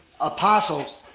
Apostles